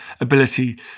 ability